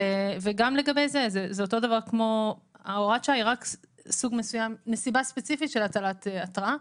וגם כאן הוראת השעה היא רק נסיבה ספציפית של הטלת התראה.